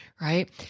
Right